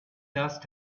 dust